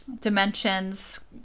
dimensions